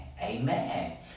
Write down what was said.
amen